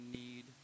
need